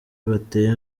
bateye